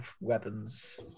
weapons